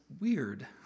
weird